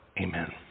Amen